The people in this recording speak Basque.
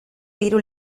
hiru